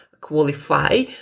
qualify